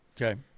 okay